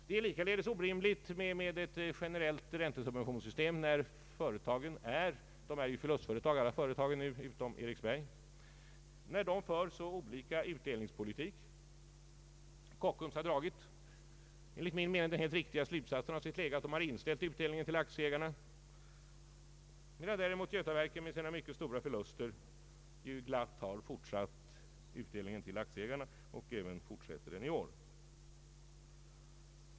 Det är likaledes orimligt med ett generellt räntesubventionssystem när företagen — de är alla förlustföretag utom Eriksberg — för en så olika utdelningspolitik. Kockums har enligt min mening dragit den helt riktiga slutsatsen att inställa utdelningen till aktieägarna, medan däremot Götaverken med sina mycket stora förluster glatt har fortsatt utdelningen till aktieägarna.